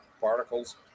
particles